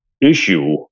issue